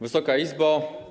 Wysoka Izbo!